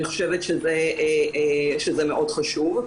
אני חושבת שזה מאוד חשוב.